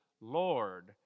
Lord